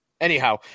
Anyhow